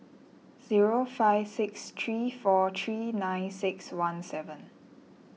zero five six three four three nine six one seven